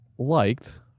Liked